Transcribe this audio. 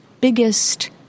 biggest